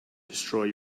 destroy